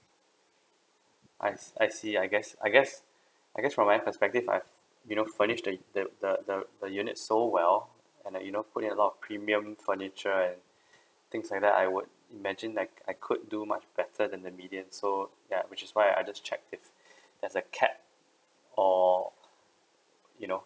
I s~ I see I guess I guess I guess from my perspective I've you know furnished the the the the the unit so well and like you know put in a lot of premium furniture and things like that I would imagine like I could do much better than the median so yeah which is why I just check if there's a cap or you know